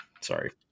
Sorry